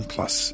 Plus